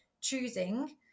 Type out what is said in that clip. choosing